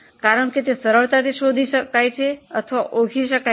કારણ કે તે સરળતાથી શોધી શકાય છે અથવા ઓળખી શકાય છે